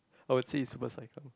how was it was like a